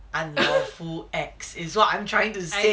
unlawful acts is what I'm trying to say